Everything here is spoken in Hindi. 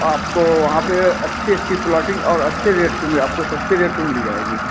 आपको वहाँ पर अच्छी अच्छी प्लॉटिंग और अच्छे रेट में आपको सस्ते रेट पर मिल जाएगी